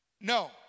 No